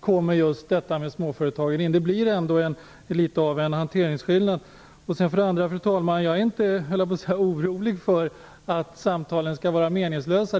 kommer småföretagen. Det blir en liten hanteringsskillnad. Fru talman! Jag är inte orolig över att samtalen skall bli meningslösa.